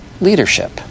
leadership